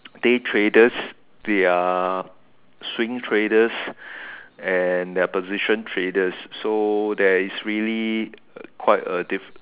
day traders there are swing traders and there are position traders so there is really quite a difference